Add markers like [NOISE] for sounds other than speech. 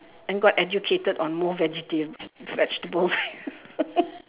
and got educated on more vegetarian vegetables [LAUGHS]